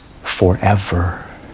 forever